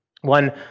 One